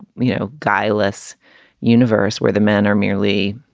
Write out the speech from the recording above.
you know, guileless universe where the men are merely,